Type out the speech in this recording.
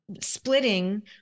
Splitting